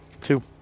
Two